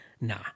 nah